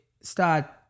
start